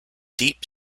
deep